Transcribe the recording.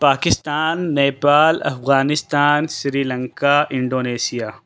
Pakistan Nepal Afghanistan Sri Lanka Indonesia